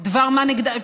דבר-מה נגדה,